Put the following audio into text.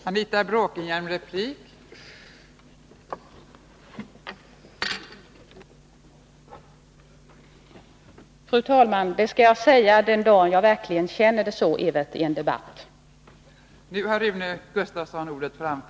Fru talman! Det skall jag säga, Evert Svensson, den dag jag verkligen känner det så i en debatt.